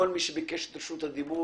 כל מי שביקש את רשות הדיבור,